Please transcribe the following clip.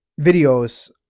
videos